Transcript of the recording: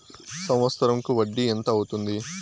సంవత్సరం కు వడ్డీ ఎంత అవుతుంది?